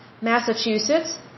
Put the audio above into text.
Massachusetts